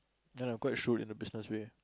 then I'm quite shrewd in the business way